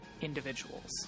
individuals